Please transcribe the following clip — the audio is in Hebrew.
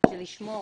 לשמור.